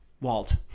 Walt